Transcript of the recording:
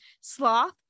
sloth